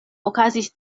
okazis